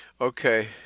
Okay